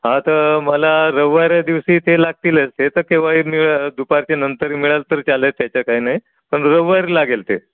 हा तर मला रविवारी दिवशी ते लागतीलच ते तर केव्हाही मिळ दुपारचे नंतर मिळाल तर चालेल त्याच काय नाही पण रविवारी लागेल ते